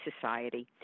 society